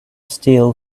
steal